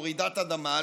או רעידת אדמה,